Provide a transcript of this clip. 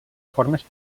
formes